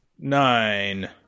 Nine